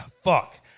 fuck